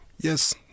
Yes